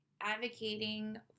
advocating